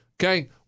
Okay